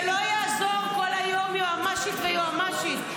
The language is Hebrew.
--- רק בגלל --- ולא יעזור כל היום יועמ"שית ויועמ"שית.